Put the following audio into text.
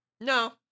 No